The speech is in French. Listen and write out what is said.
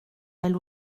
elle